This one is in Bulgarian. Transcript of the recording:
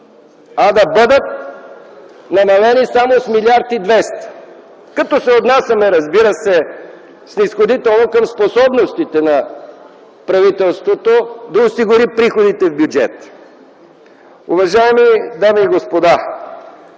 а да бъдат намалени само с 1 млрд. 200, като се отнасяме, разбира се, снизходително към способностите на правителството да осигури приходите в бюджета. Уважаеми дами и господа,